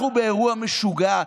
אנחנו באירוע משוגע.